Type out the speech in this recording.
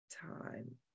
time